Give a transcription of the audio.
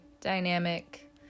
dynamic